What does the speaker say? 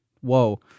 whoa